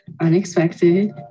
Unexpected